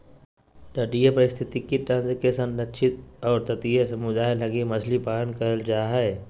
तटीय पारिस्थितिक तंत्र के संरक्षित और तटीय समुदाय लगी मछली पालन करल जा हइ